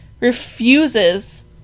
refuses